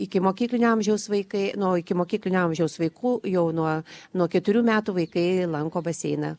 ikimokyklinio amžiaus vaikai nuo ikimokyklinio amžiaus vaikų jau nuo nuo keturių metų vaikai lanko baseiną